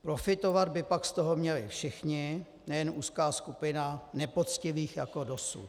Profitovat by pak z toho měli všichni, nejen úzká skupina nepoctivých jako dosud.